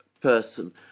person